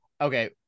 Okay